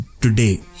today